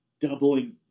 doubling